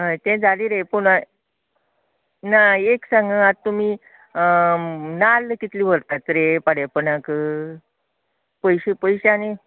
हय तें जाले रे पूण आयक ना एक सांग आतां तुमी नाल्ल कितले व्हरता रे पाडायपणाक पयशे पयशे आनी